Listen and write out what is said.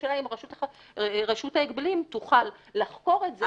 השאלה אם רשות ההגבלים תוכל לחקור את זה.